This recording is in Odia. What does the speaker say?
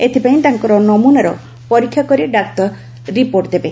ଏଥିପାଇଁ ତାଙ୍କର ନମୁନାର ପରୀକ୍ଷା କରି ଡାକ୍ତର ରିପୋର୍ଟ ଦେବେ